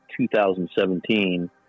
2017